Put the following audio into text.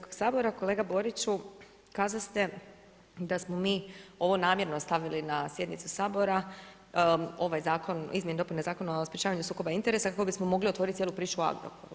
Kolega Boriću, kazaste da smo mi ovo namjerno stavili na sjednicu Sabora, ovaj Zakon o izmjenama i dopunama Zakona o sprečavanju sukoba interesa kako bismo mogli otvoriti cijelu priču o Agrokoru.